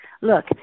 Look